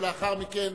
ולאחר מכן,